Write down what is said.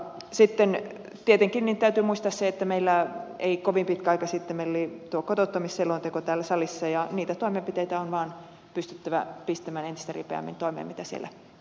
sitten tietenkin täytyy muistaa se että ei kovin pitkä aika sitten meillä oli tuo kotouttamisselonteko täällä salissa ja niitä toimenpiteitä mitä siellä todettiin on vaan pystyttävä pistämään entistä ripeämmin toimeen mitä siellä